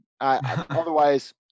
Otherwise